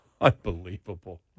Unbelievable